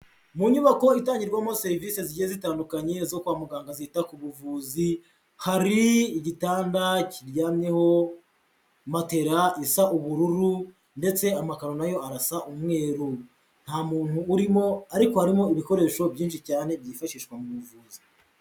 Mu nyubako itangirwamo serivise zigiye zitandukanye zo kwa muganga zita ku buvuzi, hari igitanda kiryamyeho matera isa ubururu, ndetse amakaro na yo arasa umweru, nta muntu urimo ariko harimo ibikoresho byinshi cyane byifashishwa mu buvuzi.